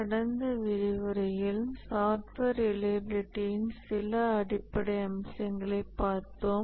கடந்த விரிவுரையில் சாஃப்ட்வேர் ரிலையபிலிடியின் சில அடிப்படை அம்சங்களைப் பார்த்தோம்